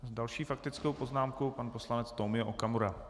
Další faktickou poznámkou pan poslanec Tomio Okamura.